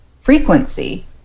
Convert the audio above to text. frequency